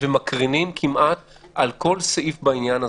ומקרינים כמעט על כל סעיף בעניין הזה.